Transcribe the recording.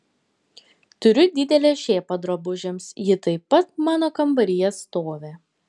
turiu didelę šėpą drabužiams ji taip pat mano kambaryje stovi